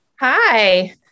Hi